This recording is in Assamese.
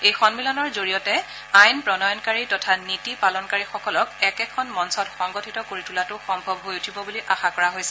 এই সন্মিলনৰ জৰিয়তে আইন প্ৰণয়নকাৰী তথা নীতি পালনকাৰীসকলক একেখন মঞ্চত সংগঠিত কৰি তোলাটো সম্ভৱ হৈ উঠিব বুলি আশা কৰা হৈছে